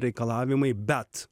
reikalavimai bet